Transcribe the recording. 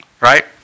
Right